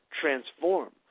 transform